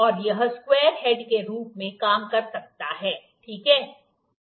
और यह square head के रूप में काम कर सकता है ठीक है